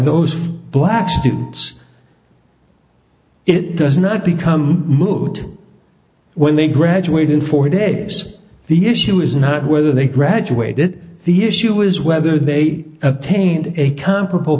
those black students it does not become moot when they graduate in four days the issue is not whether they graduated the issue is whether they obtained a comparable